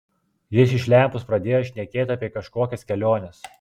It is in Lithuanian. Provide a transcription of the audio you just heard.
jis iš lempos pradėjo šnekėt apie kažkokias keliones